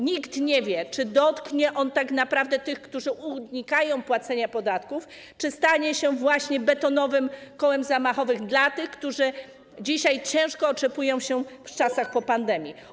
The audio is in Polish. Nikt nie wie, czy dotknie on tak naprawdę tych, którzy unikają płacenia podatków, czy stanie się właśnie betonowym kołem zamachowym dla tych, którzy dzisiaj ciężko otrzepują się w czasach po pandemii.